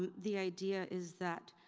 um the idea is that